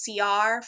CR